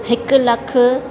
हिकु लखु